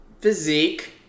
physique